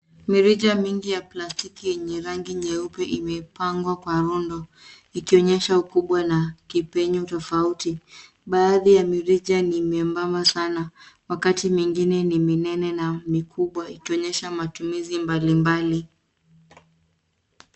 Mirija mingi ya plastiki yenye rangi nyeupe imepangwa kwa muundo ikionyesha ukubwa na kipenyo tofauti. Baadhi ya mirija ni miembamba sana wakati mengine ni minene na mikubwa ikionyesha matumizi mbalimbali.